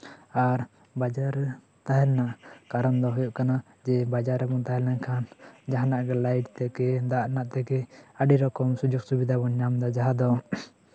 ᱟᱨ ᱵᱟᱡᱟᱨᱨᱮ ᱛᱟᱦᱮᱱ ᱨᱮᱱᱟᱜ ᱠᱟᱨᱚᱱ ᱫᱚ ᱦᱩᱭᱩᱜ ᱠᱟᱱᱟ ᱡᱮ ᱵᱟᱡᱟᱨ ᱨᱮᱵᱚᱱ ᱛᱟᱦᱮᱸ ᱞᱮᱱᱠᱷᱟᱱ ᱡᱟᱦᱟᱱᱟᱜ ᱜᱮ ᱞᱟᱭᱤᱴ ᱛᱷᱮᱠᱮ ᱫᱟᱜ ᱨᱮᱱᱟᱜ ᱛᱷᱮᱠᱮ ᱟ ᱰᱤ ᱨᱚᱠᱚᱢ ᱥᱩᱡᱳᱜ ᱥᱩᱵᱤᱫᱷᱟ ᱵᱚᱱ ᱧᱟᱢ ᱫᱟ ᱟᱫᱚ